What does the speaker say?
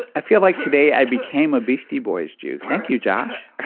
i feel like today i became a beastie boys jew. thank you, josh.